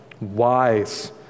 wise